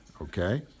okay